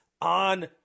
on